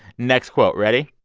next quote. ready?